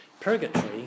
Purgatory